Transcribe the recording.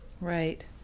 Right